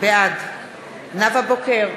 בעד נאוה בוקר,